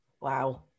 Wow